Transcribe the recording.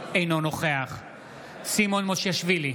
אינו נוכח סימון מושיאשוילי,